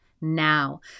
now